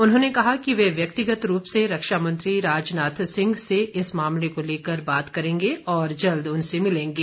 उन्होंने कहा कि वे व्यक्तिगत रूप से रक्षा मंत्री राजनाथ सिंह से इस मामले को लेकर बात करेंगे और जल्द उनसे मिलेंगे